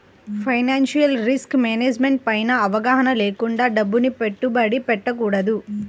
financial risk management పైన అవగాహన లేకుండా డబ్బుని పెట్టుబడి పెట్టకూడదు